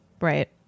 Right